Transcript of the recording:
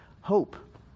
hope